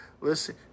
listen